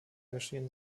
geschehen